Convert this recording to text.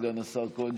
סגן השר כהן,